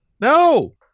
No